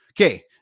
Okay